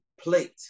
plate